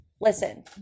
Listen